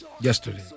Yesterday